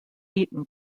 eton